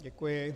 Děkuji.